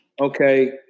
okay